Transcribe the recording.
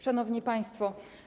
Szanowni Państwo!